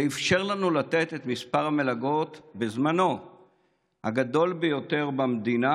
זה אפשר לנו בזמנו לתת את מספר המלגות הגדול ביותר במדינה,